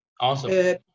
Awesome